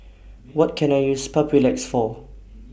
What Can I use Papulex For